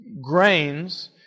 grains